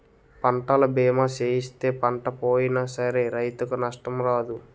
పంటల బీమా సేయిస్తే పంట పోయినా సరే రైతుకు నష్టం రాదు